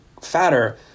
fatter